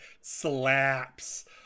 slaps